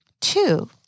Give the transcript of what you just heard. Two